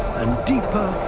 and deeper.